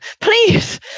please